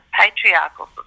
patriarchal